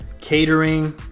catering